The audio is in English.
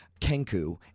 kenku